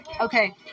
Okay